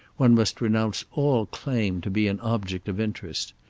one must renounce all claim to be an object of interest.